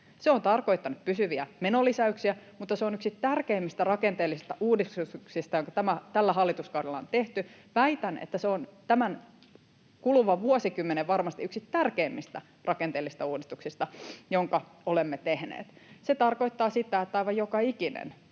Se on tarkoittanut pysyviä menolisäyksiä, mutta se on yksi tärkeimmistä rakenteellisista uudistuksista, joka tällä hallituskaudella on tehty. Väitän, että se on varmasti tämän kuluvan vuosikymmenen yksi tärkeimmistä rakenteellisista uudistuksista, jonka olemme tehneet. Se tarkoittaa sitä, että aivan joka ikinen